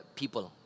people